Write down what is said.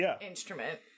instrument